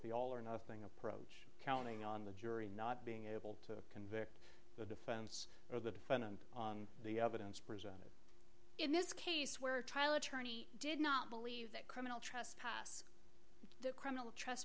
the all or nothing approach counting on the jury not being able to convict the defense or the defendant on the evidence presented in this case where a trial attorney did not believe that criminal trespass the criminal tr